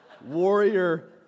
warrior